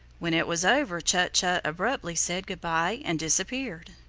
when it was over chut-chut abruptly said good-by and disappeared.